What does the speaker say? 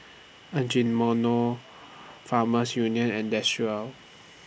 Farmers Union and Desigual